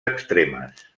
extremes